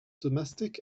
domestic